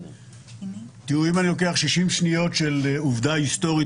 אם אני לוקח 60 שניות של עובדה היסטורית